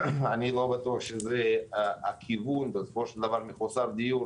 אני לא בטוח שזה הכיוון, בסופו של דבר מחוסר דיור